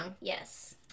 Yes